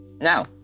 now